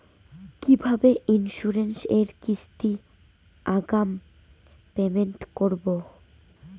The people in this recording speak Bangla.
কিভাবে ইন্সুরেন্স এর কিস্তি আগাম পেমেন্ট করবো?